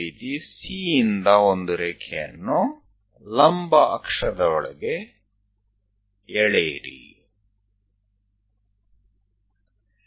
એ જ રીતે C થી ઉભી અક્ષ પર લીટી દોરો